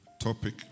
Topic